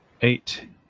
Eight